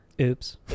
Oops